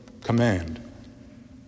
command